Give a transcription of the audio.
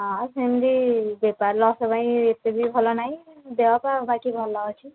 ହଁ ସେମତି ବେପାର ଲସ୍ ପାଇଁ ଏତେ ବି ଭଲ ନାହିଁ ଦେହ ପା ବାକି ଭଲ ଅଛି